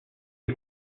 est